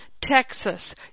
Texas